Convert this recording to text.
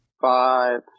five